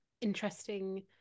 interesting